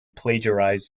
plagiarized